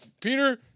Peter